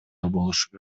болушу